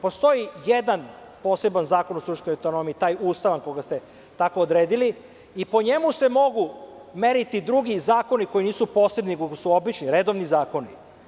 Postoji jedan poseban zakon o suštinskoj autonomiji, taj ustavan koga ste tako odredili i po njemu se mogu meriti drugi zakoni koji nisu posebni, nego su obični, redovni zakoni.